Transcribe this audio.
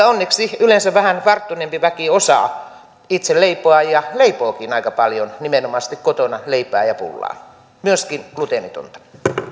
onneksi yleensä vähän varttuneempi väki osaa itse leipoa ja leipookin aika paljon nimenomaan sitten kotona leipää ja pullaa myöskin gluteenitonta